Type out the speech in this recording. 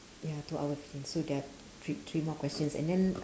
ya two hour fifteen so there are three three more questions and then